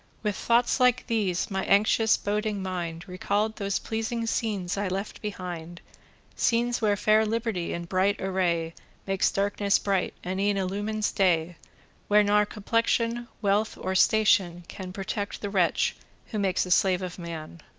with thoughts like these my anxious boding mind recall'd those pleasing scenes i left behind scenes where fair liberty in bright array makes darkness bright, and e'en illumines day where nor complexion, wealth, or station, can protect the wretch who makes a slave of man.